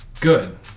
good